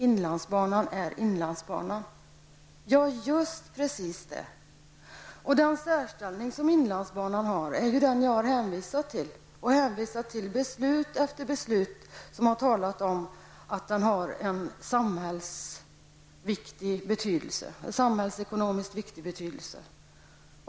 Inlandsbanan är inlandsbanan. Ja, just precis det! Inlandsbanans särställning har jag hänvisat till. Jag har hänvisat till beslut efter beslut, där man har talat om att den har en samhällsekonomiskt viktig betydelse.